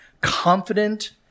confident